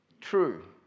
True